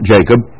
Jacob